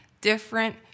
different